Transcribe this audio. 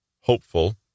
hopeful